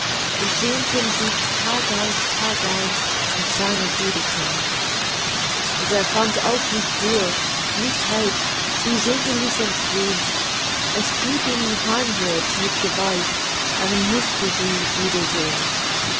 und sehnte sich tagaus tagein nach seiner wiederkehr und er fand auch nicht ruh nicht halt die segel ließ er drehn es trieb ihn heimwärts mit gewalt er mußte sie